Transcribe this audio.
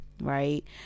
Right